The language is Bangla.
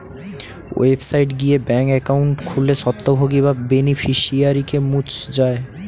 ওয়েবসাইট গিয়ে ব্যাঙ্ক একাউন্ট খুললে স্বত্বভোগী বা বেনিফিশিয়ারিকে মুছ যায়